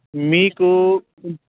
మీకు